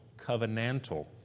covenantal